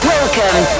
Welcome